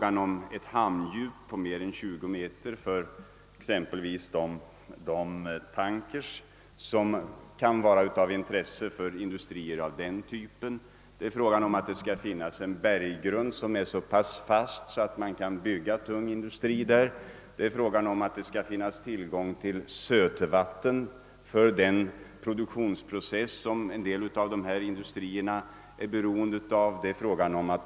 Det krävs ett hamndjup på mer än 20 meter för exempelvis de tankers, som kan vara av intresse för de industrier vilka här kan komma i fråga, det krävs en berggrund som är så pass fast att man kan bygga tung in dustri på området, det krävs tillgång till sötvatten för den produktionsprocess som en del av dessa industrier är beroende av.